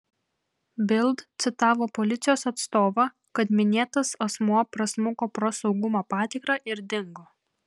bild citavo policijos atstovą kad minėtas asmuo prasmuko pro saugumo patikrą ir dingo